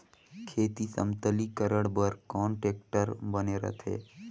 खेत समतलीकरण बर कौन टेक्टर बने रथे?